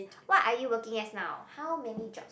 what are you working as now how many jobs